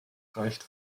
reicht